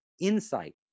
insight